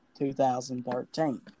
2013